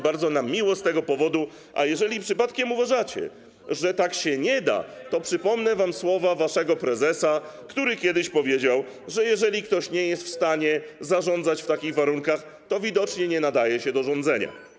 Bardzo nam miło z tego powodu, a jeżeli przypadkiem uważacie, że tak się nie da, to przypomnę wam słowa waszego prezesa, który kiedyś powiedział, że jeżeli ktoś nie jest w stanie zarządzać w takich warunkach, to widocznie nie nadaje się do rządzenia.